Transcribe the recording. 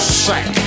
sack